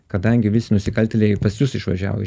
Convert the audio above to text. kadangi vis nusikaltėliai pas jus išvažiavo į